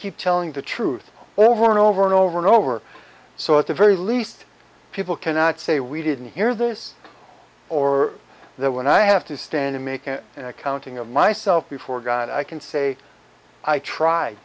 keep telling the truth over and over and over and over so at the very least people cannot say we didn't hear this or that when i have to stand and make an accounting of myself before god i can say i tried